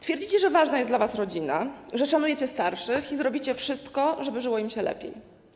Twierdzicie, że ważna jest dla was rodzina, że szanujecie starszych i zrobicie wszystko, żeby żyło im się lepiej.